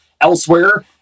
elsewhere